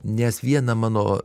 nes viena mano